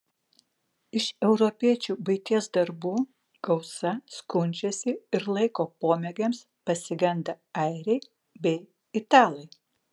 iš europiečių buities darbų gausa skundžiasi ir laiko pomėgiams pasigenda airiai bei italai